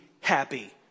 happy